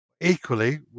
Equally